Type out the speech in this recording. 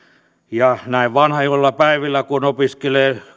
ja näin vanhoilla päivillä kun opiskelee